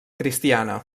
cristiana